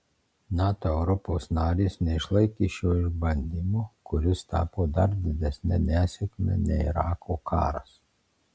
nato europos narės neišlaikė šio išbandymo kuris tapo dar didesne nesėkme nei irako karas